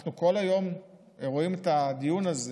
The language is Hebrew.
ואנחנו כל היום רואים את הדיון הזה: